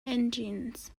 engines